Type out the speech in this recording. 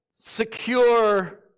secure